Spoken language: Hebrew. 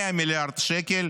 100 מיליארד שקל,